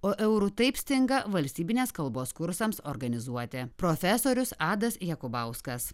o eurų taip stinga valstybinės kalbos kursams organizuoti profesorius adas jakubauskas